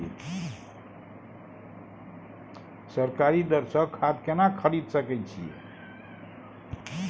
सरकारी दर से खाद केना खरीद सकै छिये?